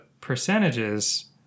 percentages